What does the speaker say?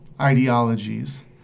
ideologies